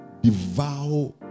devour